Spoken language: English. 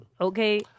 Okay